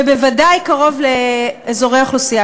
ובוודאי קרוב לאזורי אוכלוסייה,